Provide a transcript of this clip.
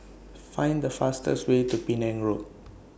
Find The fastest Way to Penang Road